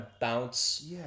bounce